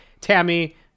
Tammy